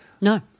no